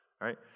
right